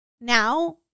Now